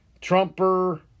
Trumper